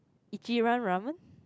ichiran-ramen